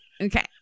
Okay